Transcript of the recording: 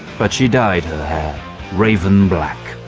but she dyed her hair raven black.